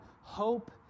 Hope